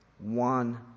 one